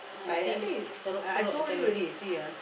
I I think uh I told you already you see ah